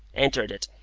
entered it,